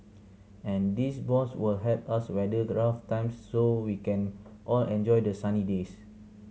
and these bonds will help us weather rough times so we can all enjoy the sunny days